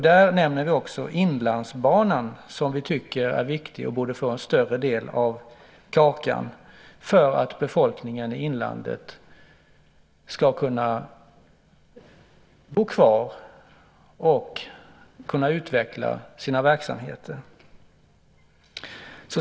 Där nämner vi också Inlandsbanan, som vi tycker är viktig och borde få en större del av kakan, för att befolkningen i inlandet ska kunna bo kvar och kunna utveckla sina verksamheter.